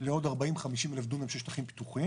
לעוד 40,000 50,000 דונם של שטחים פתוחים.